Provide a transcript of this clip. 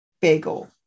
bagel